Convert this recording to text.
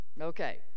okay